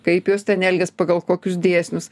kaip jos ten elgias pagal kokius dėsnius